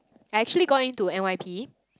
actually going to N_Y_P